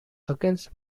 against